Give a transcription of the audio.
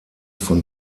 von